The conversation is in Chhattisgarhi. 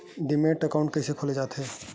डीमैट अकाउंट कइसे खोले जाथे?